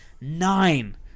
nine